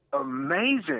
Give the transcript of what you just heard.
amazing